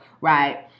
right